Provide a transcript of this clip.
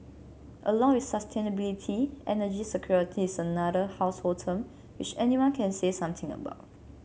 along with sustainability energy security is another household term which anyone can say something about